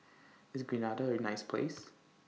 IS Grenada A nice Place